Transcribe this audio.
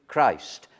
Christ